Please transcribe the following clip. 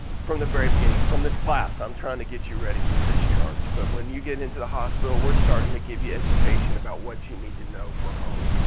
from the very beginning. from this class i'm trying to get you ready for discharge. but when you get into the hospital we're starting to give you education about what you need to know for home.